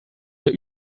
der